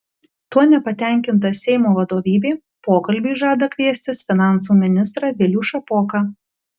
tuo nepatenkinta seimo vadovybė pokalbiui žada kviestis finansų ministrą vilių šapoką